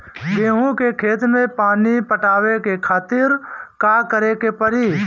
गेहूँ के खेत मे पानी पटावे के खातीर का करे के परी?